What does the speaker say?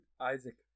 Isaac